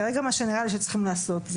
כרגע נראה לי שצריכים לדרוש,